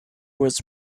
was